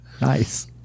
Nice